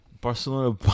Barcelona